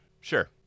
Sure